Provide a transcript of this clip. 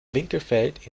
winkelfeld